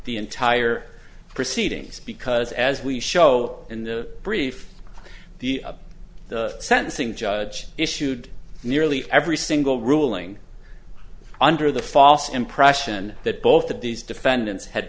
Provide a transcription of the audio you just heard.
the entire proceedings because as we show in the brief the sentencing judge issued nearly every single ruling under the false impression that both of these defendants had